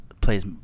plays